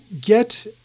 get